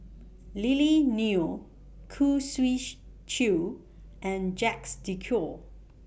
Lily Neo Khoo Swee Chiow and Jacques De Coutre